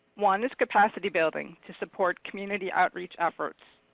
one is capacity building to support community outreach efforts.